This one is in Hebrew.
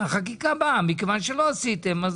החקיקה באה מכיוון שלא עשיתם.